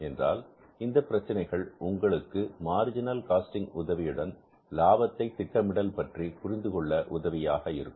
என்றால் இந்தப் பிரச்சினைகள் உங்களுக்கு மார்ஜினல் காஸ்டிங் உதவியுடன் லாபத்தை திட்டமிடுதல் பற்றி புரிந்துகொள்ள உதவியாக இருக்கும்